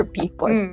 people